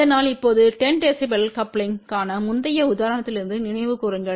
அதனால் இப்போது 10 dB coupling க்கான முந்தைய உதாரணத்திலிருந்து நினைவுகூருங்கள்